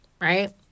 right